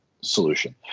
solution